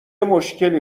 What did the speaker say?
مشکلی